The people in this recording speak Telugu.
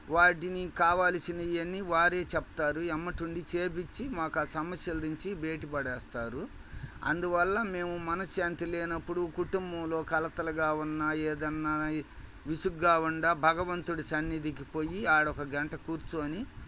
వాటిని కావలసినవి అన్నీ వారే చెప్తారు వెంట ఉండి చేయించి మాకు ఆ సమస్యల నుంచి బయట పడేస్తారు అందువల్ల మేము మనశ్శాంతి లేనప్పుడు కుటుంబంలో కలతలుగా ఉన్నా ఏదైనా విసుగ్గా ఉన్నా భగవంతుడి సన్నిధికి పొయ్యి అక్కడ ఒక గంట కూర్చొని